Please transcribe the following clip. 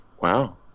Wow